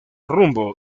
rumbo